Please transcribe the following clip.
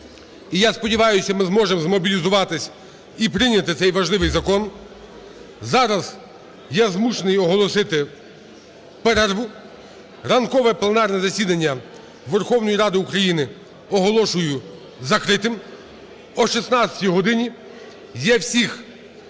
І, я сподіваюся, ми зможемо змобілізуватися і прийняти цей важливий закон. Зараз я змушений оголосити перерву. Ранкове пленарне засідання Верховної Ради України оголошую закритим. О 16 годині я всіх